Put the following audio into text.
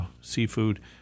seafood